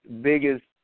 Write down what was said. biggest